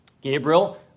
Gabriel